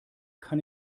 kann